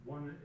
One